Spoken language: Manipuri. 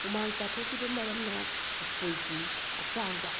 ꯍꯨꯃꯥꯡ ꯇꯥꯊꯣꯛꯈꯤꯕ ꯃꯔꯝꯅ ꯑꯩꯈꯣꯏꯒꯤ ꯍꯛꯆꯥꯡꯗ